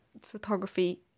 photography